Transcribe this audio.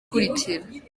ikurikira